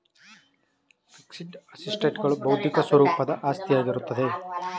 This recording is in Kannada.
ಫಿಕ್ಸಡ್ ಅಸೆಟ್ಸ್ ಗಳು ಬೌದ್ಧಿಕ ಸ್ವರೂಪದ ಆಸ್ತಿಯಾಗಿರುತ್ತೆ